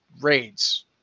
raids